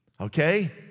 Okay